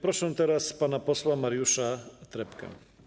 Proszę teraz pana posła Mariusza Trepkę.